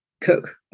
cook